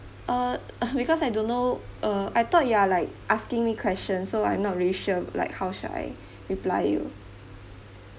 uh because I don't know uh I thought you are like asking me questions so I'm not really sure like how should I reply you